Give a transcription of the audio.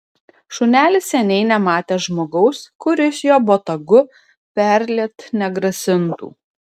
šunelis seniai nematė žmogaus kuris jo botagu perliet negrasintų